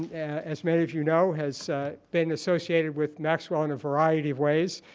yeah as many of you know, has been associated with maxwell in a variety of ways.